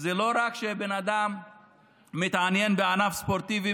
זה לא רק שבן אדם מתעניין בענף ספורטיבי